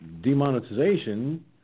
demonetization